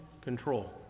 control